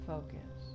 focus